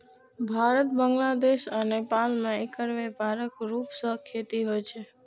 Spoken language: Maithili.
भारत, बांग्लादेश आ नेपाल मे एकर व्यापक रूप सं खेती होइ छै